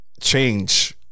change